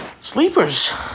sleepers